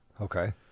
okay